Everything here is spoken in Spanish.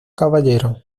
caballero